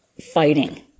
fighting